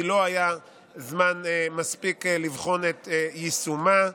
כי לא היה זמן מספיק לבחון את יישומה.